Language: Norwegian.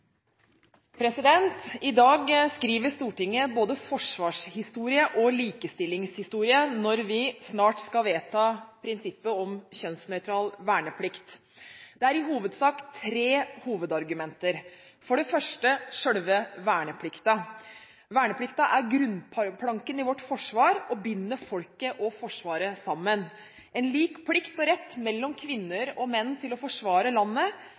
i hovedsak tre hovedargumenter: For det første – selve verneplikten: Verneplikten er bunnplanken i vårt forsvar og binder folket og Forsvaret sammen. En lik plikt og rett for kvinner og menn til å forsvare landet